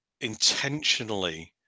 intentionally